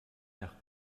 nach